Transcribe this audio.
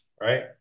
right